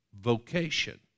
vocation